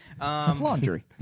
Laundry